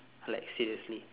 like seriously